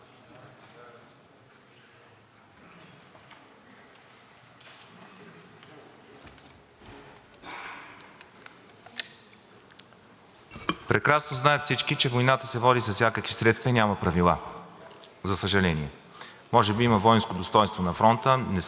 прекрасно знаят, че войната се води с всякакви средства и няма правила, за съжаление. Може би има войнско достойнство на фронта, не съм бил – за щастие. Не знам, но войната се води без никакви правила. От тази гледна точка, господин Дренчев,